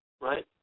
Right